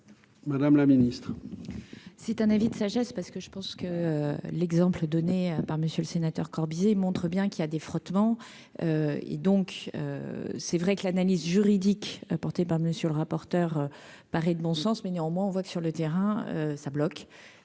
Madame la Ministre. C'est un avis de sagesse parce que je pense que l'exemple donné par monsieur le sénateur, Corbizet montre bien qu'il y a des frottements et donc. C'est vrai que l'analyse juridique apportée par monsieur le rapporteur, paraît de bon sens, mais néanmoins on voit que sur le terrain, ça bloque,